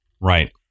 Right